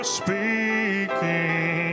speaking